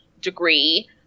degree